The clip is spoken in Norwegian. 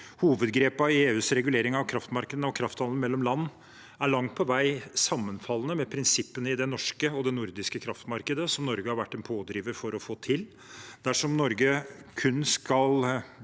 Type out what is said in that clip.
Hovedgrepene i EUs regulering av kraftmarkedene og krafthandelen mellom land er langt på vei sammenfallende med prinsippene i det norske og det nordiske kraftmarkedet, som Norge har vært en pådriver for å få til. Dersom Norge skulle